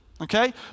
okay